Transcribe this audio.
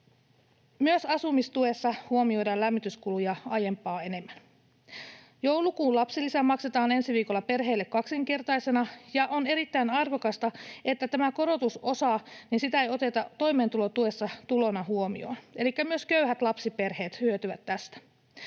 Myös asumistuessa huomioidaan lämmityskuluja aiempaa enemmän. Joulukuun lapsilisä maksetaan ensi viikolla perheille kaksinkertaisena, ja on erittäin arvokasta, että tätä korotusosaa ei oteta toimeentulotuessa tulona huomioon, elikkä myös köyhät lapsiperheet hyötyvät tästä.